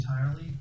entirely